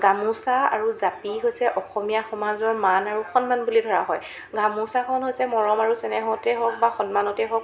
গামোচা আৰু জাপি হৈছে অসমীয়া সমাজৰ মান আৰু সন্মান বুলি ধৰা হয় গামোচাখন হৈছে মৰম আৰু চেনেহতে হওক বা সন্মানতে হওক